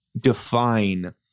define